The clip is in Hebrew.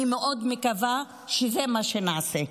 אני מאוד מקווה שזה מה שנעשה.